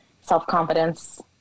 self-confidence